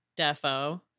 Defo